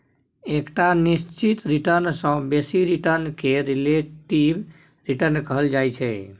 एकटा निश्चित रिटर्न सँ बेसी रिटर्न केँ रिलेटिब रिटर्न कहल जाइ छै